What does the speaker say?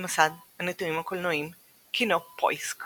במסד הנתונים הקולנועיים KinoPoisk